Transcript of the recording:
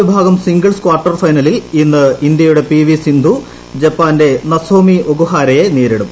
വിഭാഗം singles quarter ഫൈനലിൽ ഇന്ന് ഇന്ത്യയുടെ പി വി സിന്ധു ജപ്പാന്റെ നസോമി ഒകുഹാരെയെ നേരിടും